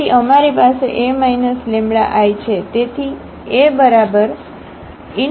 તેથી અમારી પાસે આ A λI છે